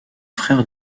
frère